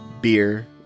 beer